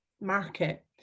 market